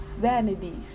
vanities